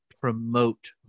promote